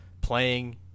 playing